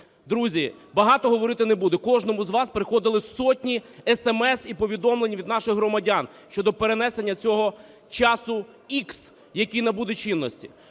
Друзі, багато говорити не буду. Кожному з вас приходило сотні sms і повідомлень від наших громадян щодо перенесення цього часу ікс, який набуде чинності.